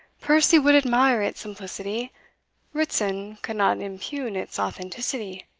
percy would admire its simplicity ritson could not impugn its authenticity.